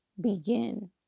Begin